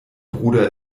bruder